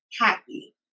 happy